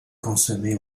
consommé